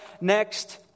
next